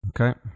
Okay